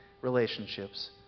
relationships